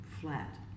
flat